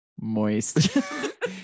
moist